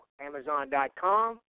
Amazon.com